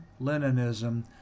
Leninism